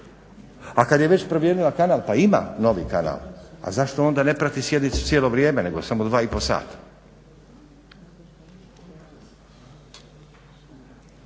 a kad je već promijenila pa ima novi kanal, a zašto onda ne prati sjednicu cijelo vrijeme nego samo do 2,5 sata.